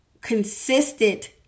consistent